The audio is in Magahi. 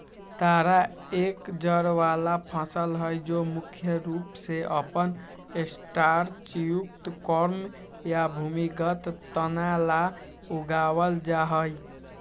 तारा एक जड़ वाला फसल हई जो मुख्य रूप से अपन स्टार्चयुक्त कॉर्म या भूमिगत तना ला उगावल जाहई